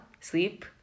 sleep